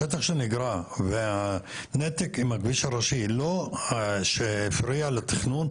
השטח שנגרע והנתק עם הכביש הראשי שהפריע לתכנון,